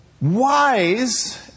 wise